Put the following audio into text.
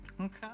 Okay